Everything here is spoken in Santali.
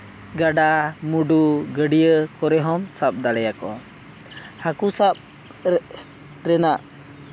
ᱜᱟᱰᱟᱼᱢᱩᱰᱩ ᱜᱟᱹᱰᱭᱟᱹ ᱠᱚᱨᱮᱦᱚᱸᱢ ᱥᱟᱵᱽ ᱫᱟᱲᱮᱭᱟᱠᱚᱣᱟ ᱦᱟᱹᱠᱩ ᱥᱟᱵᱽ ᱨᱮ ᱨᱮᱱᱟᱜ